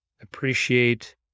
appreciate